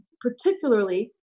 particularly